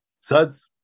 Suds